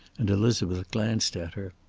and elizabeth glanced at her.